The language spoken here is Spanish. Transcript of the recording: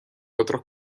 otros